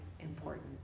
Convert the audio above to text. important